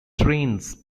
trains